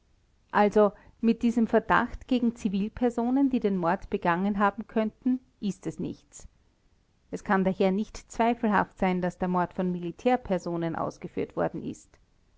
also mit diesem verdacht gegen zivilpersonen die den mord begangen haben könnten ist es nichts es kann daher nicht zweifelhaft sein daß der mord von militärpersonen ausgeführt worden ist